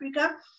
Africa